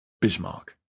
Bismarck